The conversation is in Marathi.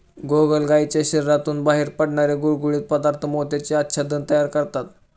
गोगलगायीच्या शरीरातून बाहेर पडणारे गुळगुळीत पदार्थ मोत्याचे आच्छादन तयार करतात